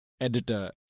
Editor